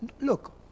Look